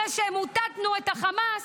אחרי שמוטטנו את החמאס,